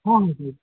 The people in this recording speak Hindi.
हाँ हाँ जी